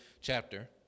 chapter